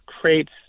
creates